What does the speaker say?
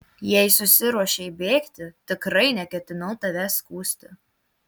jei susiruošei bėgti tikrai neketinau tavęs skųsti